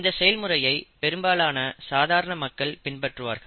இந்த செயல்முறையை பெரும்பாலான சாதாரண மக்கள் பின்பற்றுவார்கள்